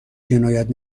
جنایت